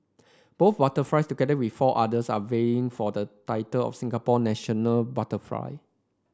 both butterflies together with four others are vying for the title of Singapore national butterfly